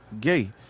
gay